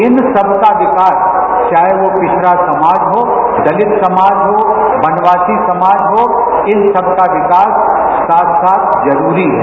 इन सबका विकास चाहे वो पिछड़ा समाज हो दलित समाज हो वनवासी समाज हो इन सबका विकास साथ साथ जरूरी है